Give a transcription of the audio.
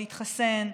להתחסן.